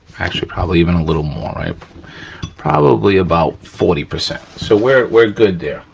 actually, probably even a little more, um probably about forty percent so we're we're good there.